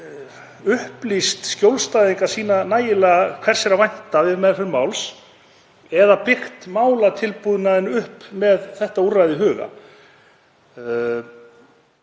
upplýst skjólstæðinga sína nægilega vel um hvers sé að vænta við meðferð máls eða byggt málatilbúnaðinn upp með þetta úrræði í huga.